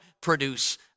produce